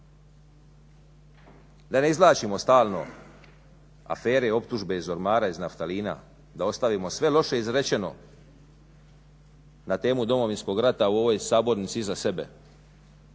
Da ne izvlačimo stalno afere i optužbe iz ormara, iz naftalina, da ostavimo sve loše izrečeno na temu Domovinskog rata u ovoj Sabornici iza sebe